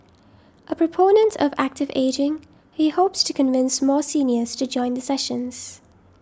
a proponent of active ageing he hopes to convince more seniors to join the sessions